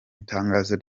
itangazo